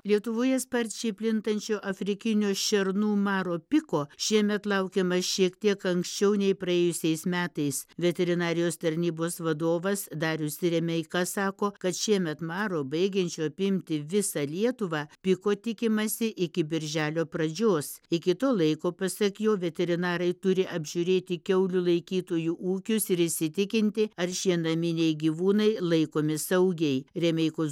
lietuvoje sparčiai plintančio afrikinio šernų maro piko šiemet laukiama šiek tiek anksčiau nei praėjusiais metais veterinarijos tarnybos vadovas darius remeika sako kad šiemet maro baigiančio apimti visą lietuvą piko tikimasi iki birželio pradžios iki to laiko pasak jo veterinarai turi apžiūrėti kiaulių laikytojų ūkius ir įsitikinti ar šie naminiai gyvūnai laikomi saugiai remeikos